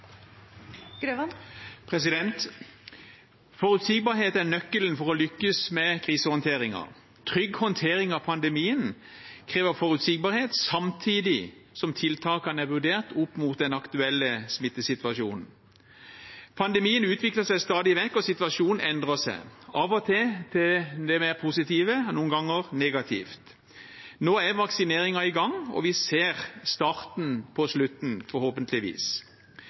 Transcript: nøkkelen til å lykkes med krisehåndteringen. Trygg håndtering av pandemien krever forutsigbarhet, samtidig som tiltakene er vurdert opp mot den aktuelle smittesituasjonen. Pandemien utvikler seg stadig vekk. Situasjonen endrer seg – av og til det mer positive, noen ganger negativt. Nå er vaksineringen i gang, og vi ser forhåpentligvis starten på slutten.